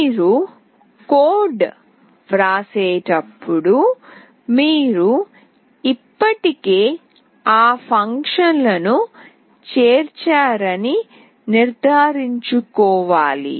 మీరు కోడ్ వ్రాసేటప్పుడు మీరు ఇప్పటికే ఆ ఫంక్షన్లను చేర్చారని నిర్ధారించుకోవాలి